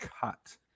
cut